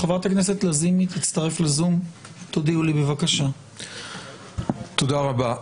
תודה רבה.